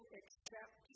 accept